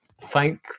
Thank